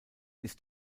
ist